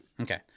Okay